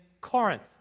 Corinth